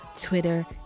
Twitter